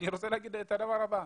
אני רוצה לומר את הדבר הבא.